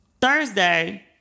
Thursday